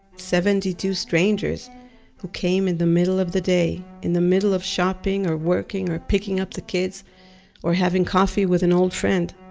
seventy-two strangers who came in the middle of the day, in the middle of shopping or working or picking up the kids or having coffee with an old friend.